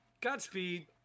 Godspeed